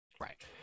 Right